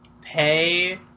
pay